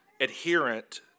adherent